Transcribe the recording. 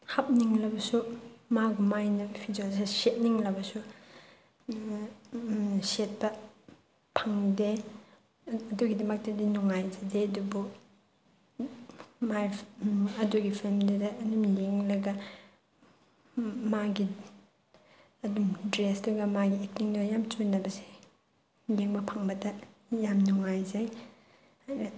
ꯍꯥꯞꯅꯤꯡꯂꯕꯁꯨ ꯃꯥ ꯑꯗꯨꯃꯥꯏꯅ ꯐꯤꯖꯣꯜꯁꯦ ꯁꯦꯠꯅꯤꯡꯂꯕꯁꯨ ꯁꯦꯠꯄ ꯐꯪꯗꯦ ꯑꯗꯨꯒꯤꯗꯃꯛꯇꯗꯤ ꯅꯨꯡꯉꯥꯏꯖꯗꯦ ꯑꯗꯨꯕꯨ ꯃꯥꯒꯤ ꯑꯗꯨꯒꯤ ꯐꯤꯜꯝꯗꯨꯗ ꯑꯗꯨꯝ ꯌꯦꯡꯂꯒ ꯃꯥꯒꯤ ꯑꯗꯨꯝ ꯗ꯭ꯔꯦꯁꯇꯨꯒ ꯃꯥꯒꯤ ꯑꯦꯛꯇꯤꯡꯗꯨꯒ ꯌꯥꯝ ꯆꯨꯅꯕꯁꯦ ꯌꯦꯡꯕ ꯐꯪꯕꯗ ꯌꯥꯝ ꯅꯨꯡꯉꯥꯏꯖꯩ ꯑꯩꯅ